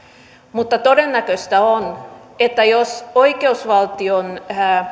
mutta todennäköistä on että jos oikeusvaltion